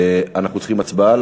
אנחנו צריכים הצבעה?